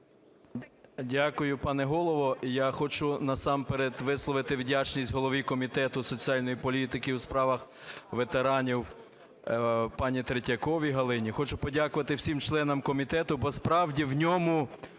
Дякую, пане Голово. Я хочу насамперед висловити вдячність голові Комітету соціальної політики, у справах ветеранів пані Третьяковій Галині. Хочу подякувати всім членам комітету, бо, справді, в ньому